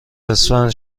اسفند